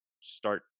start